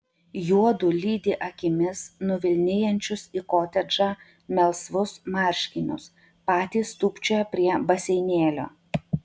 juodu lydi akimis nuvilnijančius į kotedžą melsvus marškinius patys tūpčioja prie baseinėlio